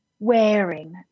wearing